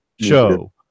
show